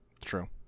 True